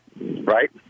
Right